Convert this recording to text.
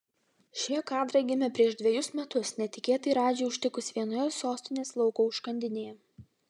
šie kadrai gimė prieš dvejus metus netikėtai radžį užtikus vienoje sostinės lauko užkandinėje